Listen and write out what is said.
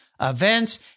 events